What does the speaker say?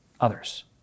others